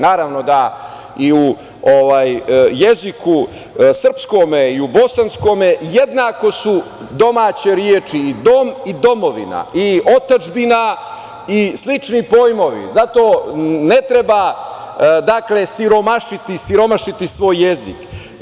Naravno, da i u jeziku srpskome i u bosanskome jednako su domaće reči i dom i domovina i otadžbina i slični pojmovi, zato ne treba siromašiti svoj jezik.